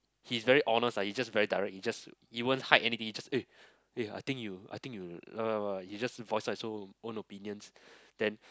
he's very honest lah he's just very direct he just he won't hide anything he just eh eh I think you I think you he just voice out his own opinions then